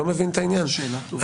שאלה טובה.